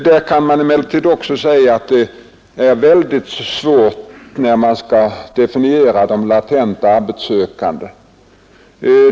Det är emellertid svårt att definiera begreppet latenta arbetssökande.